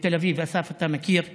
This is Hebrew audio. בתל אביב, אסף, אתה מכיר אותו.